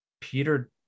Peter